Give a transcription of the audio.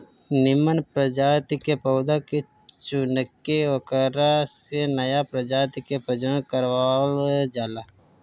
निमन प्रजाति के पौधा के चुनके ओकरा से नया प्रजाति के प्रजनन करवावल जाला